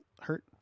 hurt